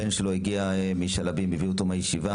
הבן שלו הגיע משעלבים, הביאו אותו מהישיבה.